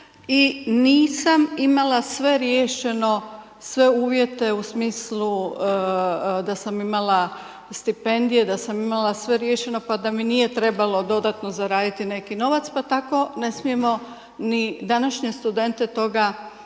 i nisam imala sve riješeno, sve uvjete u smislu da sam imala stipendije, da sam imala sve riješeno pa da mi nije trebalo dodatno zaraditi neki novac pa tako ne smijemo ni današnje studente toga